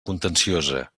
contenciosa